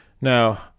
Now